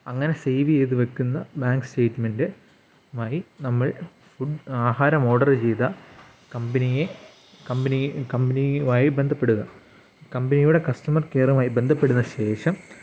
അങ്ങനെ സേവ് ചെയ്ത് വെക്കുന്ന ബാങ്ക് സ്റ്റെമെൻറ്റ് ആയി നമ്മൾ ഫുഡ് ആഹാരം ഓർഡറ് ചെയ്ത കമ്പനിയെ കമ്പനിയെ കമ്പനിയുമായി ബന്ധപ്പെടുക കമ്പനിയുടെ കസ്റ്റമർ കെയറുമായി ബന്ധപ്പെടുന്ന ശേഷം